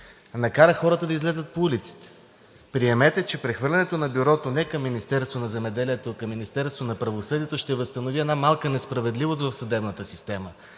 накара хората да излязат по улиците. Приемете, че прехвърлянето на Бюрото не към Министерството на земеделието, а към Министерството на правосъдието ще възстанови една малка несправедливост в съдебната система.